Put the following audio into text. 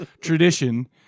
tradition